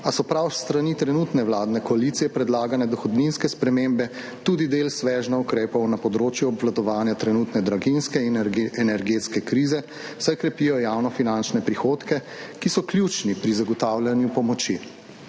a so prav s strani trenutne vladne koalicije predlagane dohodninske spremembe tudi del svežnja ukrepov na področju obvladovanja trenutne draginjske in energetske krize, saj krepijo javno finančne prihodke, ki so ključni pri zagotavljanju pomoči.